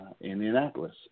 Indianapolis